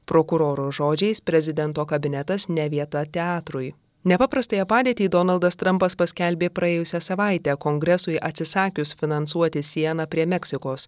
prokuroro žodžiais prezidento kabinetas ne vieta teatrui nepaprastąją padėtį donaldas trampas paskelbė praėjusią savaitę kongresui atsisakius finansuoti sieną prie meksikos